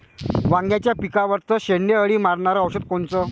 वांग्याच्या पिकावरचं शेंडे अळी मारनारं औषध कोनचं?